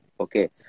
okay